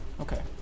Okay